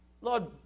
Lord